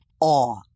AWE